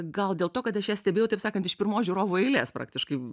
gal dėl to kad aš ją stebėjau taip sakant iš pirmos žiūrovų eilės praktiškai